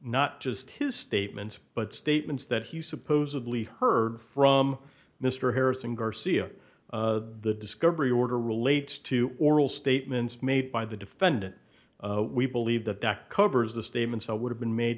not just his statements but statements that he supposedly heard from mr harrison garcia the discovery order relates to oral statements made by the defendant we believe that that covers the statements that would have been made